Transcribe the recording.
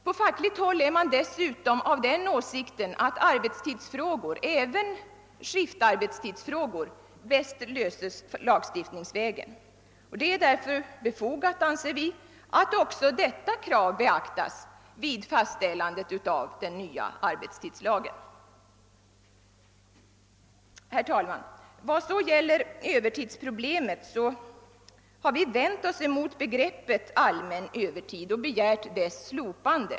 På fackligt håll är man dessutom av den åsikten att arbetstidsfrågor — även skiftarbetstidsfrågor — bäst löses lagstiftningsvägen. Det är därför befogat — anser vi — att även detta krav beaktas vid fastställandet av den nya arbetstidslagen. Herr talman! Beträffande frågan om övertidsproblemet har vi vänt oss emot begreppet »allmän övertid« och begärt dess slopande.